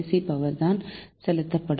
C power தான் செலுத்தப்படும்